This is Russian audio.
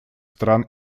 стран